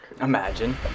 imagine